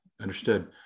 understood